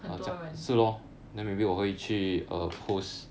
很多人